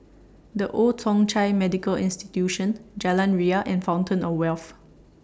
The Old Thong Chai Medical Institution Jalan Ria and Fountain of Wealth